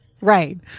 right